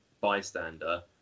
bystander